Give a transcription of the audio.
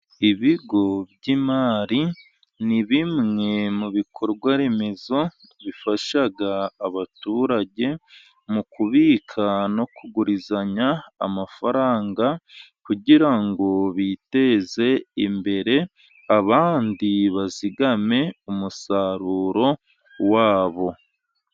Ibigo by'imari ni bimwe mu bikorwa remezo bifasha abaturage mu kubika no kugurizanya amafaranga kugira ngo biteze imbere abandi bazigame umusaruro wabo.